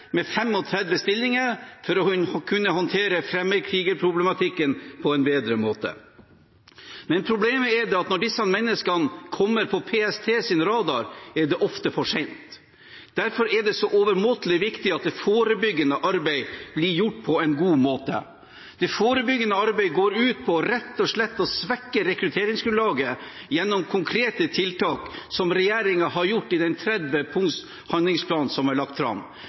med 35 stillinger for å kunne håndtere fremmedkrigerproblematikken på en bedre måte. Men problemet er at når disse menneskene kommer på PSTs radar, er det ofte for sent. Derfor er det så overmåte viktig at det forebyggende arbeidet blir gjort på en god måte. Det forebyggende arbeidet går ut på rett og slett å svekke rekrutteringsgrunnlaget gjennom konkrete tiltak som regjeringen har gjort i den 30 punkts handlingsplanen som er lagt fram,